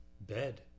bed